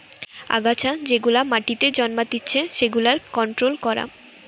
আগাছা যেগুলা মাটিতে জন্মাতিচে সেগুলার কন্ট্রোল করা